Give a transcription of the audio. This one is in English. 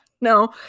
no